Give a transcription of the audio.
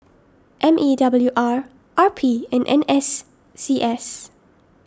M E W R R P and N S C S